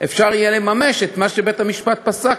יהיה אפשר לממש את מה שבית-המשפט פסק,